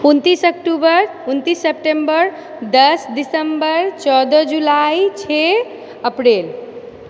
उनतीस अक्टूबर उनतीस सेप्टेम्बर दश दिसम्बर चौदह जुलाई छओ अप्रिल